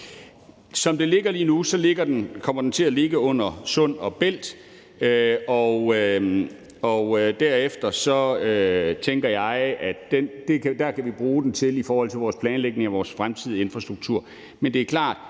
Som det er lige nu, kommer den til at ligge under Sund & Bælt, og jeg tænker, at vi derefter kan bruge den i forhold til planlægningen af vores fremtidige infrastruktur. Men det er klart,